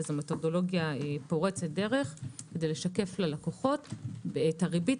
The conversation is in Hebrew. זו מתודולוגיה פורצת דרך כדי לשקף ללקוחות את הריבית